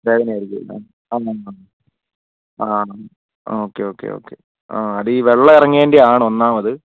വേദന ആയിരിക്കും അല്ലെ ആഹ് ആഹ് ഓക്കെ ഓക്കെ ഓക്കെ ആഹ് അത് ഈ വെള്ളം ഇറങ്ങിയതിൻ്റെ ആണ് ഒന്നാമത്